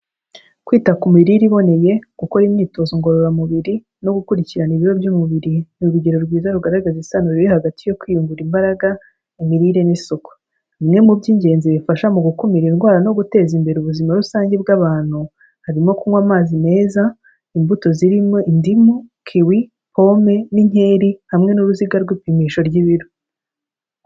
Kwita ku mirire iboneye, gukora imyitozo ngororamubiri, no gukurikirana ibiro by'umubiri, ni urugero rwiza rugaragaza isano riri hagati yo kwiyungura imbaraga, imirire n'isuku. Bimwe mu by'ingenzi bifasha mu gukumira indwara no guteza imbere ubuzima rusange bw'abantu, harimo kunywa amazi meza, imbuto zirimo indimu, kiwi, pome, n'inkeri, hamwe n'uruziga rw'ipimisho ry'ibiro.